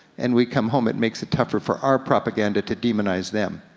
and we come home, it makes it tougher for our propaganda to demonize them.